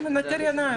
זה מנקר עיניים.